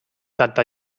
tanta